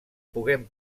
puguem